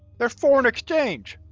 they're foreign exchange,